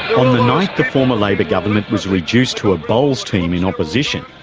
on the night the former labor government was reduced to a bowls team in opposition,